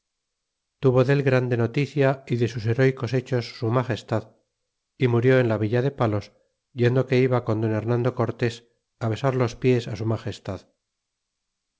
tuvo del grande noticia y de sus herecos hechos su magestad y murió en la villa de palos yendo que iba con don hernando cortés a besar los pies